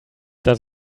does